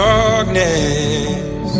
darkness